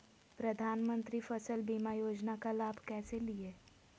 प्रधानमंत्री फसल बीमा योजना का लाभ कैसे लिये?